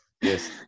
Yes